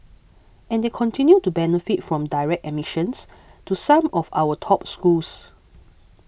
and they continue to benefit from direct admissions to some of our top schools